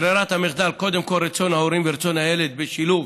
ברירת המחדל קודם כול היא רצון ההורים ורצון הילד בשילוב,